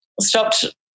stopped